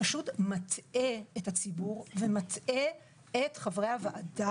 פשוט מטעה את הציבור ומטעה את חברי הוועדה.